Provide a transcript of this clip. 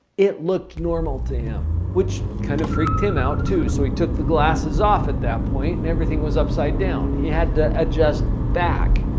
it looked normal to him. which kind of freaked him out too. so, he took the glasses off at that point and everything was upside down. he had to adjust back.